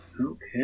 Okay